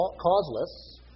causeless